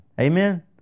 Amen